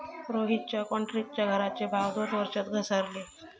रोहितच्या क्रॉन्क्रीटच्या घराचे भाव दोन वर्षात घसारले